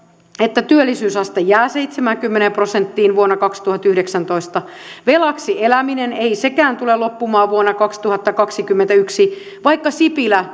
että työllisyysaste jää seitsemäänkymmeneen prosenttiin vuonna kaksituhattayhdeksäntoista velaksi eläminen ei sekään tule loppumaan vuonna kaksituhattakaksikymmentäyksi vaikka sipilä